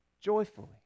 joyfully